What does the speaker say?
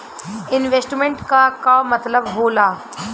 Investment क का मतलब हो ला?